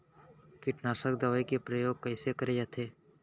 कीटनाशक दवई के प्रयोग कइसे करे जाथे?